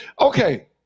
okay